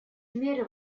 меры